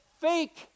Fake